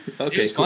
Okay